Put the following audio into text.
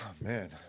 Man